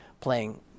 playing